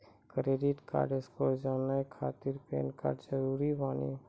Credit score जाने के खातिर पैन कार्ड जरूरी बानी?